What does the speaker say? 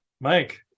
Mike